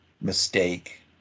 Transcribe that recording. mistake